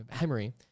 memory